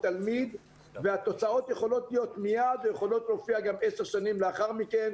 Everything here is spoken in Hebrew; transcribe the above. תלמיד והתוצאות יכולות להיות מיד ויכולות להופיע גם עשר שנים אחר כך,